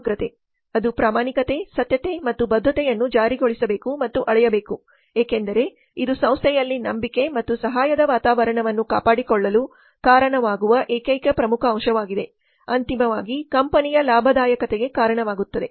ಸಮಗ್ರತೆ ಅದು ಪ್ರಾಮಾಣಿಕತೆ ಸತ್ಯತೆ ಮತ್ತು ಬದ್ಧತೆಯನ್ನು ಜಾರಿಗೊಳಿಸಬೇಕು ಮತ್ತು ಅಳೆಯಬೇಕು ಏಕೆಂದರೆ ಇದು ಸಂಸ್ಥೆಯಲ್ಲಿ ನಂಬಿಕೆ ಮತ್ತು ಸಹಾಯದ ವಾತಾವರಣವನ್ನು ಕಾಪಾಡಿಕೊಳ್ಳಲು ಕಾರಣವಾಗುವ ಏಕೈಕ ಪ್ರಮುಖ ಅಂಶವಾಗಿದೆ ಅಂತಿಮವಾಗಿ ಕಂಪನಿಯ ಲಾಭದಾಯಕತೆಗೆ ಕಾರಣವಾಗುತ್ತದೆ